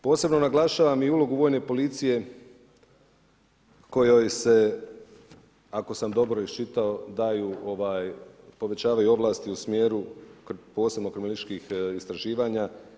Posebno naglašavam i ulogu Vojne policije, kojoj se ako sam dobro iščitao, daju, povećavaju ovlasti u smjeru posebno kriminalističkih istraživanja.